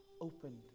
opened